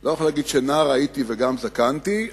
אני לא יכול להגיד שנער הייתי וגם זקנתי,